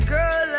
Girl